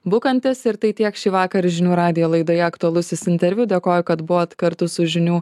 bukantis ir tai tiek šįvakar žinių radijo laidoje aktualusis interviu dėkoja kad buvot kartu su žinių